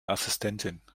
assistentin